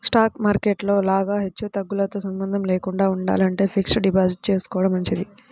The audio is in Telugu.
స్టాక్ మార్కెట్ లో లాగా హెచ్చుతగ్గులతో సంబంధం లేకుండా ఉండాలంటే ఫిక్స్డ్ డిపాజిట్ చేసుకోడం మంచిది